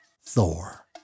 Thor